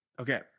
Okay